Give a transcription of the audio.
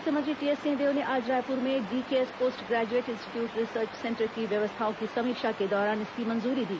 स्वास्थ्य मंत्री टीएस सिंहदेव ने आज रायपुर में DKS post graduate institute research centre की व्यवस्थाओं की समीक्षा के दौरान इसकी मंजूरी दी